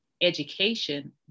education